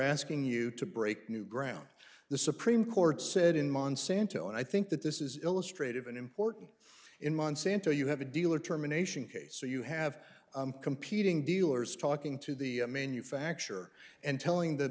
asking you to break new ground the supreme court said in monsanto and i think that this is illustrated an important in monsanto you have a deal or terminations case so you have competing dealers talking to the manufacturer and telling the